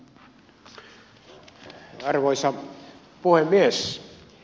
arvoisa puhemies